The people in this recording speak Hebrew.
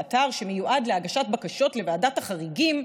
ואתר שמיועד להגשת בקשות לוועדת החריגים,